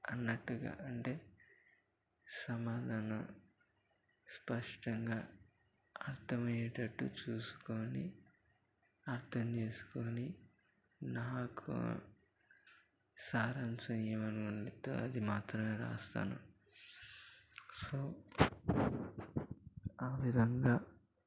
అన్నట్టుగా అంటే సమాధానం స్పష్టంగా అర్థం అయ్యేటట్టు చూసుకొని అర్థం చేసుకొని నాకు సారాంశం ఏమని ఉంటుందో అది మాత్రమే రాస్తాను సో ఆ విధంగా